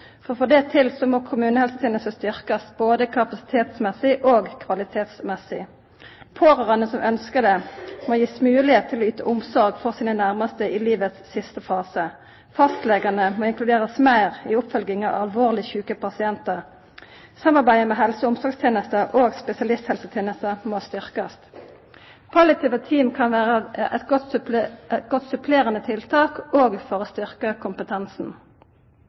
For å få det til må kommunehelsetenesta styrkjast både kapasitetsmessig og kvalitetsmessig. Pårørande som ønskjer det, må få høve til å yta omsorg til sine nærmaste i livets siste fase. Fastlegane må inkluderast meir i oppfølginga av alvorleg sjuke pasientar. Samarbeidet med helse- og omsorgstenesta og spesialisthelsetenesta må styrkjast. Palliative team kan vera eit godt supplerande tiltak, òg for å styrkja kompetansen.